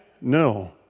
no